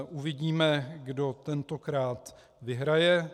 Uvidíme, kdo tentokrát vyhraje.